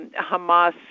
Hamas